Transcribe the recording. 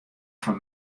foar